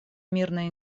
мирная